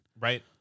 Right